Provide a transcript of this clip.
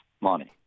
money